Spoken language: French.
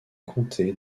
comté